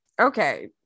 Okay